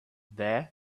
there